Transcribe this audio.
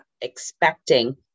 expecting